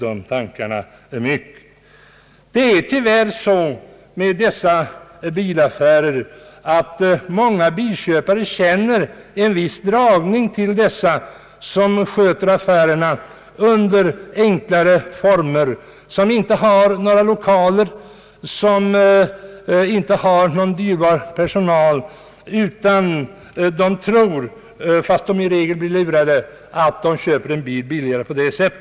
Situationen är tyvärr sådan beträffande dessa bilaffärer att många bilköpare känner en viss dragning till försäljare som sköter sina affärer under enklare former och som varken innehar försäljningslokaler eller dyrbar personal. Dessa köpare tror — fast de i regel blir lurade — att de kan köpa sin bil billigare på detta sätt.